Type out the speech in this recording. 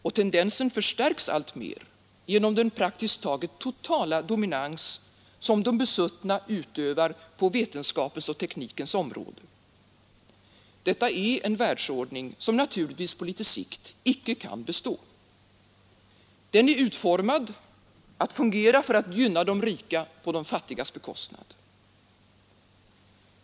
Och tendensen förstärks alltmer genom den praktiskt taget totala dominans som de besuttna utövar på vetenskapens och teknikens område. Detta är en världsordning som naturligtvis på litet sikt inte kan bestå. Den är utformad att fungera för att gynna de rika på de fattigas bekostnad.